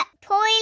toilet